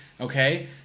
Okay